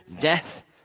death